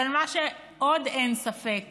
אבל מה שעוד אין ספק